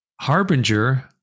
harbinger